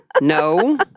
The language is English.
No